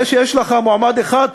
זה שיש לך מועמד אחד,